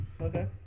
Okay